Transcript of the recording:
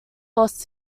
lost